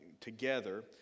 together